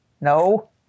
No